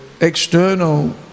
external